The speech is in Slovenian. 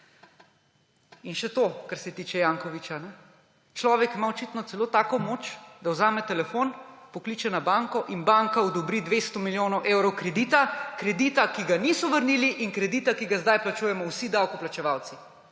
In še to, kar se tiče Jankovića, človek ima očitno celo tako moč, da vzame telefon, pokliče na banko in banka odbori 200 milijonov evrov kredita. Kredita, ki ga niso vrnili, in kredita, ki ga sedaj plačujemo vsi davkoplačevalci.